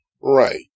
right